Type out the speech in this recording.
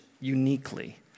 uniquely